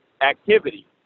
activity